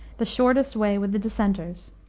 the shortest way with the dissenters.